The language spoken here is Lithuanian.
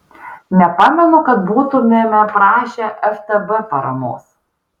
nepamenu kad būtumėme prašę ftb paramos